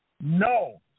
No